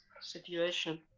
situation